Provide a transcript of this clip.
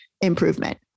improvement